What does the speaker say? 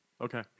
Okay